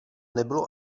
nebylo